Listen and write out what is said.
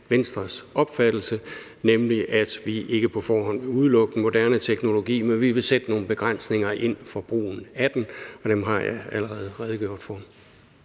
Venstres opfattelse, nemlig at vi ikke på forhånd vil udelukke den moderne teknologi, men at vi vil sætte nogle begrænsninger ind for brugen af den, og dem har jeg allerede redegjort for.